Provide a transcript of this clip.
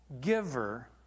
giver